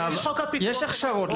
יש הכשרות.